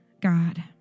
God